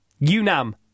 UNAM